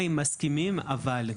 מה אם מסכימים, אבל.